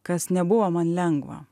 kas nebuvo man lengva